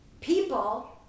people